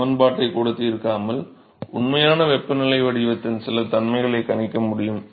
சமன்பாட்டைக் கூட தீர்க்காமல் உண்மையான வெப்பநிலை வடிவத்தின் சில தன்மைகளை கணிக்க முடியும்